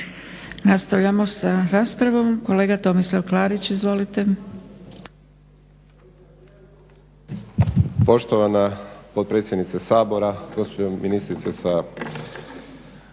Nastavljamo sa raspravom. Kolega Tomislav Klarić, izvolite.